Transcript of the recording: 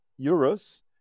euros